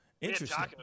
interesting